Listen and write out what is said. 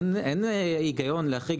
אין הגיון להחריג,